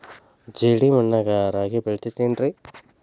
ಜೇಡಿ ಮಣ್ಣಾಗ ರಾಗಿ ಬೆಳಿತೈತೇನ್ರಿ?